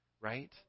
Right